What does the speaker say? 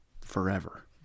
Forever